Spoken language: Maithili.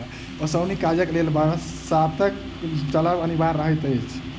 ओसौनी काजक लेल बसातक चलब अनिवार्य रहैत अछि